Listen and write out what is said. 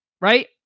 Right